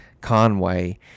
Conway